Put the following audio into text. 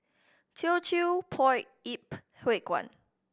Teochew Poit Ip Huay Kuan